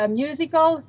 musical